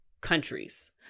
countries